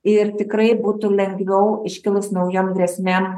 ir tikrai būtų lengviau iškilus naujom grėsmėm